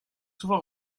souvent